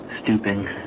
stooping